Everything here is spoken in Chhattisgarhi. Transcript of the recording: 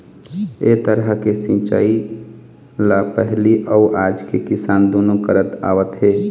ए तरह के सिंचई ल पहिली अउ आज के किसान दुनो करत आवत हे